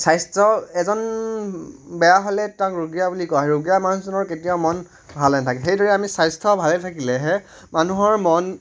স্বাস্থ্য এজন বেয়া হ'লে তাক ৰুগীয়া বুলি কোৱা হয় ৰুগীয়া মানুহজনৰ কেতিয়াও মন ভাল নেথাকে সেইদৰে আমি স্বাস্থ্য ভালে থাকিলেহে মানুহৰ মন